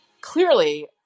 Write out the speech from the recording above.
clearly